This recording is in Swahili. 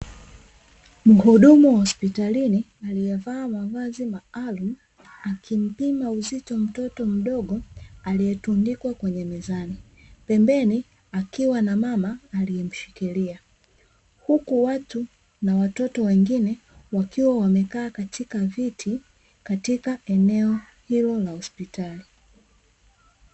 Muhudumu hospitalini amevaa mavazi maalumu akimpima uzito mtoto mdogo alietundikwa kwenye mzani, pembeni akiwa na mama aliemshikiria, huku watu na watoto wengine wakiwa wamekaa kwenye viti katika eneo hilo la hospitali